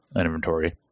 inventory